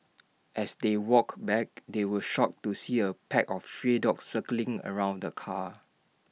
as they walked back they were shocked to see A pack of stray dogs circling around the car